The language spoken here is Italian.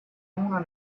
uno